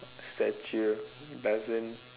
statue doesn't